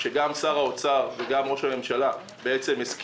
שגם שר האוצר וגם ראש הממשלה הסכימו,